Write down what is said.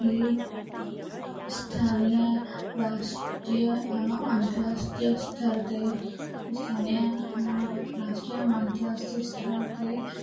ही स्थानीय राष्टीय या अन्तरराष्ट्रीय स्थर ते स्थानीय राष्टीय या अन्तरराष्ट्रीय स्थर ते